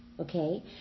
okay